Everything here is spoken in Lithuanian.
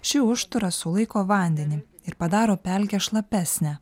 ši užtvara sulaiko vandenį ir padaro pelkę šlapesnę